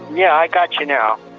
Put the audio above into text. yeah, i gotcha now.